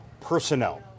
personnel